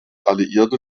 alliierte